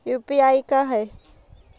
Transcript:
UPI का है?